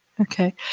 Okay